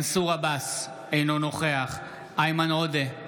מנסור עבאס, אינו נוכח איימן עודה,